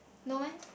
no meh